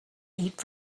eat